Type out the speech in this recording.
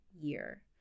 year